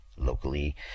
locally